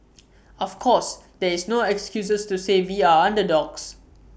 of course there is no excuses to say we are underdogs